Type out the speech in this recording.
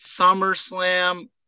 SummerSlam